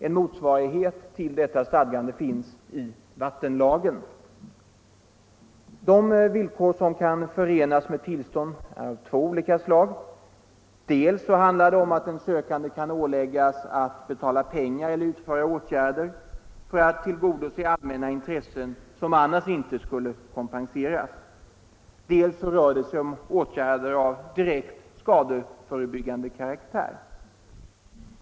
En motsvarighet till detta stadgande finns i vattenlagen. De villkor som kan förenas med tillstånd är av två olika slag. Dels handlar det om att den sökande kan åläggas att betala pengar eller utföra åtgärder för att tillgodose allmänna intressen som annars inte skulle kompenseras, dels rör det sig om åtgärder av direkt skadeförebyggande karaktär.